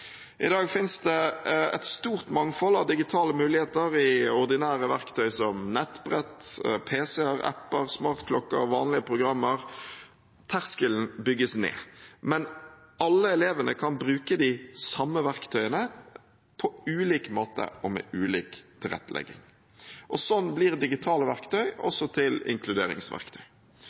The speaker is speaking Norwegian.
I dag finnes det et stort mangfold av digitale muligheter i ordinære verktøy som nettbrett, PC-er, apper, smartklokker, vanlige programmer – terskelen bygges ned. Men alle elevene kan bruke de samme verktøyene på ulik måte og med ulik tilrettelegging. Slik blir digitale verktøy også til inkluderingsverktøy.